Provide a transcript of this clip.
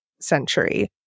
century